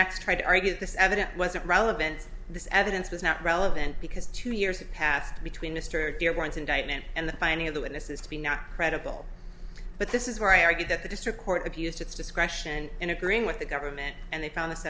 next tried to argue that this evidence wasn't relevant this evidence was not relevant because two years have passed between mr dearborn's indictment and the finding of the witnesses to be not credible but this is where i argued that the district court abused its discretion in agreeing with the government and they found this